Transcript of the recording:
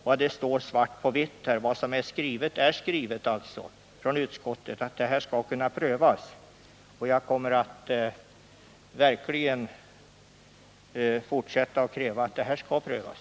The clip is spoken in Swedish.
Men jag tar fasta på vad som är skrivet svart på vitt från utskottet: Systemet skall kunna prövas. Och jag kommer verkligen att fortsätta att kräva att det prövas.